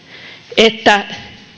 että